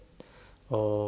uh